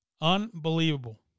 Unbelievable